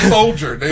soldier